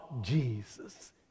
Jesus